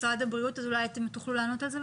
משרד הבריאות, אולי אתם תוכלו לענות על השאלה.